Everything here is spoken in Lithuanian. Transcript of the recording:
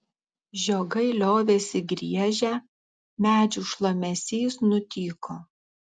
žiogai liovėsi griežę medžių šlamesys nutyko